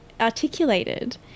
articulated